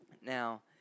Now